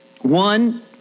One